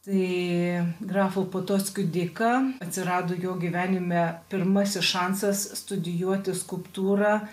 tai grafo potockio dėka atsirado jo gyvenime pirmasis šansas studijuoti skulptūrą